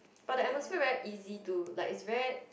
but the atmosphere very easy to like it's very